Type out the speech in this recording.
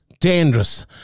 dangerous